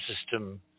system